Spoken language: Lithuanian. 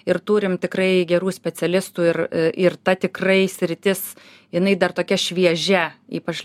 ir turim tikrai gerų specialistų ir ir ta tikrai sritis jinai dar tokia šviežia ypač